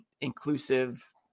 inclusive